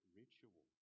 ritual